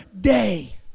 day